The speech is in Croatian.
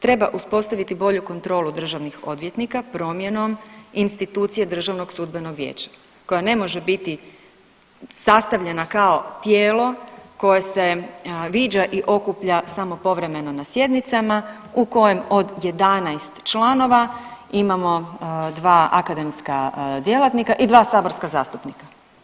Treba uspostaviti bolju kontrolu državnih odvjetnika promjenom institucije Državnog sudbenog vijeća koja ne može biti sastavljena kao tijelo koje se viđa i okuplja samo povremeno na sjednicama u kojem od 11 članova imamo 2 akademska djelatnika i 2 saborska zastupnika.